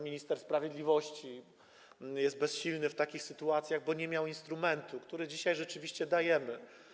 Minister sprawiedliwości był bezsilny w takich sytuacjach, bo nie miał instrumentu, który dzisiaj rzeczywiście dajemy.